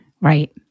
Right